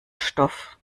stoff